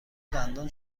دندان